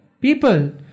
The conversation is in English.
People